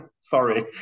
Sorry